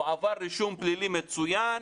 הוא עבר רישום פלילי מצוין.